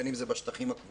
בין אם זה בשטחים הכבושים,